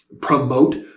promote